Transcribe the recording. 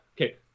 Okay